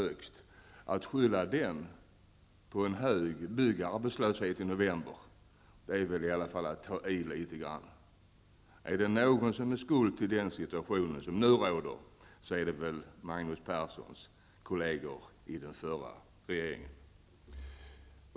Att ge den skulden för en hög byggarbetslöshet i november är väl i alla fall att ta i litet grand! Är det någon som bär skulden för den situation som nu råder, så är det väl Magnus Perssons kolleger i den förra regeringen.